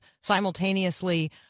simultaneously